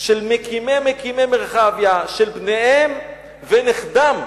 של מקימי-מקימי מרחביה, של בניהם ונכדם,